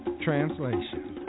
translation